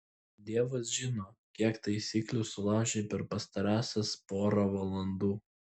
dievas žino kiek taisyklių sulaužei per pastarąsias porą valandų